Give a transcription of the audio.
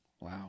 wow